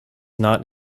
not